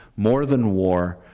more than war,